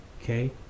okay